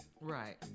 Right